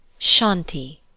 Shanti